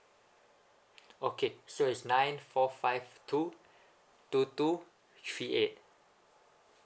okay so it's nine four five two two two three eight